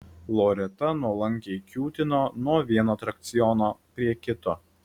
loreta nuolankiai kiūtino nuo vieno atrakciono prie kito